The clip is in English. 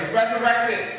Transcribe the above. resurrected